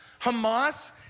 Hamas